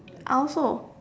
I also